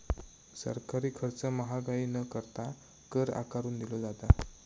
सरकारी खर्च महागाई न करता, कर आकारून दिलो जाता